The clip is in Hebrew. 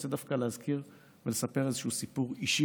אני רוצה להזכיר ולספר סיפור אישי,